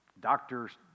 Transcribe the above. doctor's